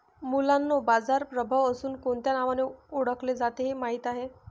मुलांनो बाजार प्रभाव अजुन कोणत्या नावाने ओढकले जाते हे माहित आहे?